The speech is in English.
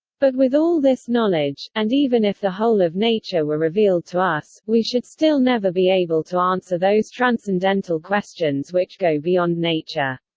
but with all this knowledge, and even if the whole of nature were revealed to us, we should still never be able to answer those transcendental questions which go beyond nature.